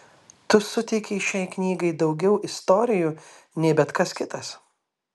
tu suteikei šiai knygai daugiau istorijų nei bet kas kitas